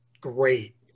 great